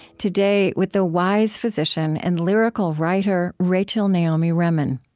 today with the wise physician and lyrical writer rachel naomi remen.